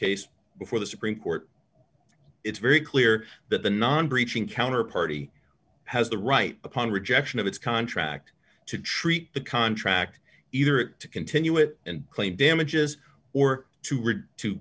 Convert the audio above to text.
case before the supreme court it's very clear that the non breaching counterparty has the right upon rejection of its contract to treat the contract either it to continue it and claim damages or to